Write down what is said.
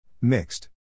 Mixed